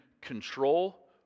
control